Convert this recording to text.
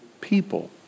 people